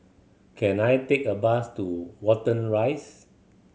can I take a bus to Watten Rise